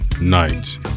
Night